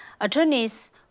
attorneys